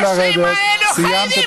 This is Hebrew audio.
דברי הבלע שלה